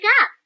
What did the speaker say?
up